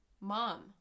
mom